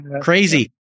Crazy